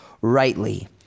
rightly